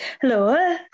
Hello